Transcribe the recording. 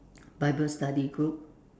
bible study group